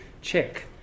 check